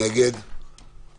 מצביע נגד האזרחים.